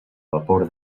vapor